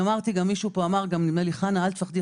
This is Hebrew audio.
אמרה לי לא לפחד,